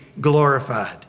glorified